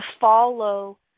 follow